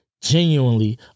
genuinely